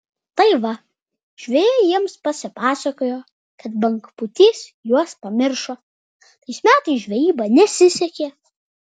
tai va žvejai jiems pasipasakojo kad bangpūtys juos pamiršo tais metais žvejyba nesisekė